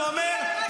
שאומר,